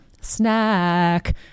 Snack